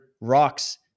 rocks